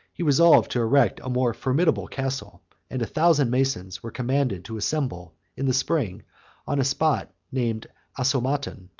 he resolved to erect a more formidable castle and a thousand masons were commanded to assemble in the spring on a spot named asomaton,